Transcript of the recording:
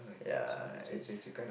yeah it's